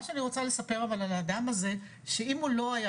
מה שאני רוצה לספר אבל על האדם הזה שאם הוא לא היה